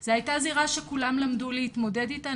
זה הייתה זירה שכולם למדו להתמודד איתה.